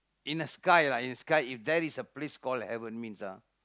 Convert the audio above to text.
in the sky lah in the sky if there's a place call heaven means ah